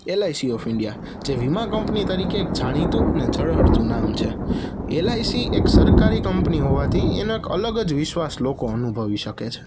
LIC of India જે વીમા company તરીકે એક જાણીતું અને ઝળહળતું નામ છે એલઆઇસી એક સરકારી કંપની હોવાથી એનો એક અલગ જ વિશ્વાસ લોકો અનુભવી શકે છે